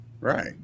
right